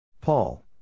Paul